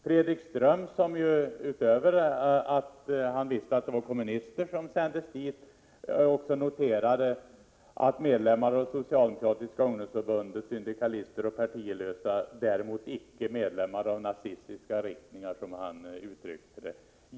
Fredrik Ström noterade att det utöver kommunister var medlemmar av socialdemokratiska ungdomsförbundet, syndikalister och partilösa som sändes till lägren — däremot icke medlemmar av nazistiska riktningar, som han uttryckte det.